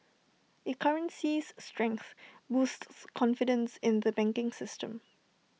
A currency's strength boosts confidence in the banking system